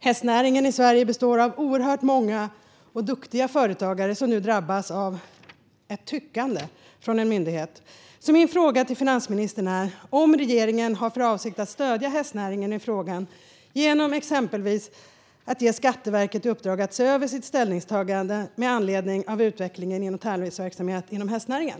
Hästnäringen i Sverige består av oerhört många och duktiga företagare, som nu drabbas av ett tyckande från en myndighet. Min fråga till finansministern är därför om regeringen har för avsikt att stödja hästnäringen i frågan, exempelvis genom att ge Skatteverket i uppdrag att se över sitt ställningstagande med anledning av utvecklingen inom tävlingsverksamheten inom hästnäringen.